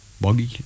boggy